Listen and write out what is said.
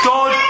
God